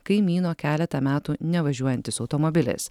kaimyno keletą metų nevažiuojantis automobilis